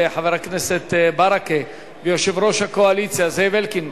חבר הכנסת ברכה ויושב-ראש הקואליציה זאב אלקין,